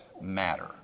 matter